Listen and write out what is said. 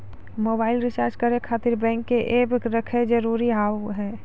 Mobile recharge करे खातिर bank के ऐप रखे जरूरी हाव है?